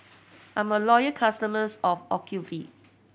I'm a loyal customers of Ocuvite